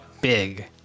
big